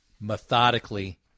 methodically